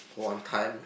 one time